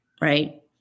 right